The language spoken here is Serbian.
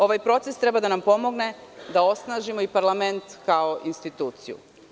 Ovaj proces treba da nam pomogne da osnažimo i parlament kao instituciju.